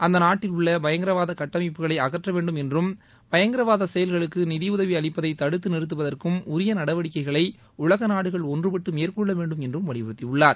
அந்த நாட்டில் உள்ள பயங்கரவாத கட்டமைப்புகளை அகற்ற வேண்டும் என்றும் பயங்கரவாத செயல்களுக்கு நிதி உதவி அளிப்பதை தடுத்து நிறுத்துவதற்கும் உரிய நடவடிக்கைகளை உலக நாடுகள் ஒன்றுப்பட்டு மேற்கொள்ள வேண்டும் என்றும் வலியுறுத்தியுள்ளார்